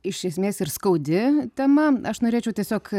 iš esmės ir skaudi tema aš norėčiau tiesiog